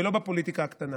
ולא בפוליטיקה הקטנה.